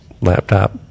laptop